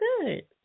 good